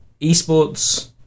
esports